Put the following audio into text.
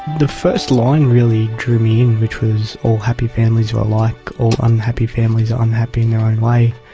the first line really drew me in, which was, all happy families are alike, all unhappy families are unhappy in their own way.